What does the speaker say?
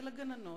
אל הגננות,